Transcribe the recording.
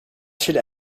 should